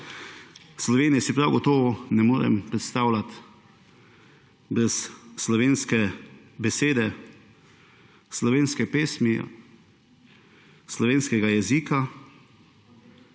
Slovenije si prav gotovo ne morem predstavljati brez slovenske besede, slovenske pesmi, slovenskega jezika,